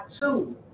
two